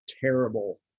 terrible